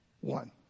One